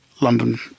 London